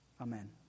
amen